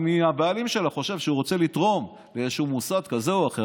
אם הבעלים שלה חושב שהוא רוצה לתרום לאיזשהו מוסד כזה או אחר,